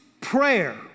prayer